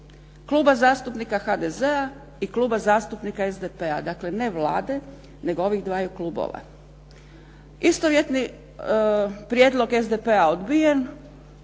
Kluba zastupnika HDZ-a i Kluba zastupnika SDP-a. Dakle, ne Vlade, nego ovih dvaju klubova. Istovjetni prijedlog SDP-a je odbijen.